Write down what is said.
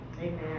Amen